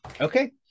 Okay